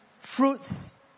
fruits